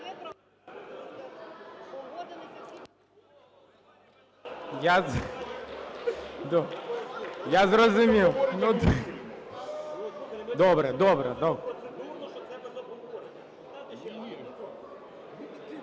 Я зрозумів. Добре-добре.